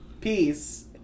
peace